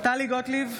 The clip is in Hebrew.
טלי גוטליב,